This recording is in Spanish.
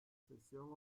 sección